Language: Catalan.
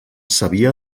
sabia